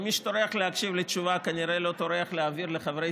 ומי שטורח להקשיב לתשובה כנראה לא טורח להעביר לחברי